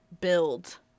build